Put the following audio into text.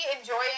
enjoying